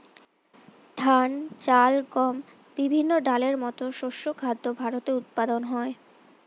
ধান, চাল, গম, বিভিন্ন ডালের মতো শস্য খাদ্য ভারতে উৎপাদন হয়